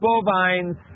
bovines